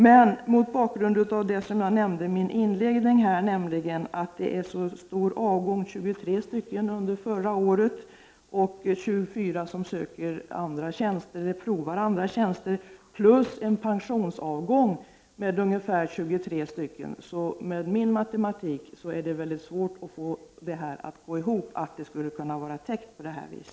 Men mot bakgrund av det som jag nämnde i mitt inledningsanförande, nämligen att det bland åklagarna förekommer en sådan stor avgång — 23 stycken under förra året, 24 som provar andra tjänster och dessutom en pensionsavgång som omfattar ungefär 23 stycken åklagare — är det med min matematik mycket svårt att få detta att gå ihop, att behovet nu skulle kunna täckas.